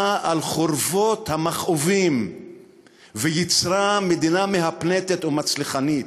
על חורבות המכאובים וייצרה מדינה מהפנטת ומצליחנית?